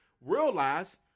Realize